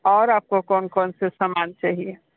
और आपको कौन कौन से सामान चाहिए